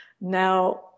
Now